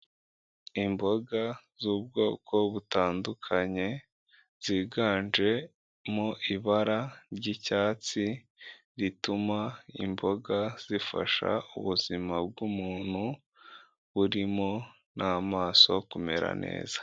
Imboga z'ubwoko butandukanye, ziganje mu ibara ry'icyatsi rituma imboga zifasha ubuzima bw'umuntu burimo n'amaso kumera neza.